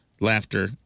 laughter